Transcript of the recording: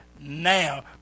now